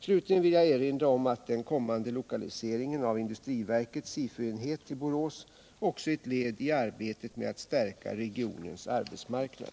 Slutligen vill jag erinra om att den kommande lokaliseringen av industri verkets SIFU-enhet till Borås också är ett led i arbetet med att stärka regionens arbetsmarknad.